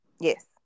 Yes